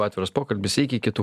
atviras pokalbis iki kitų